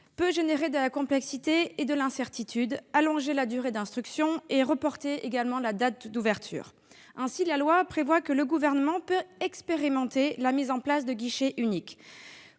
peut générer de la complexité et de l'incertitude, allonger la durée d'instruction et reporter également la date d'ouverture. Ainsi, la loi prévoit que le Gouvernement peut expérimenter la mise en place de guichets uniques.